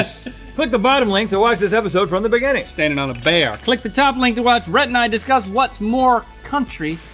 ah click the bottom link to watch this episode from the beginning. standing on a bear. click the top link to watch rhett and i discuss what's more country,